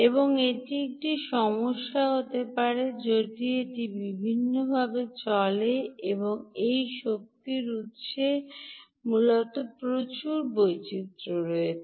এবং এটি একটি সমস্যা হতে পারে যদি এটি বিভিন্নভাবে চলে এই শক্তি উত্সে মূলত প্রচুর বৈচিত্র রয়েছে